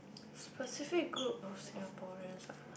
specific group of Singaporeans ah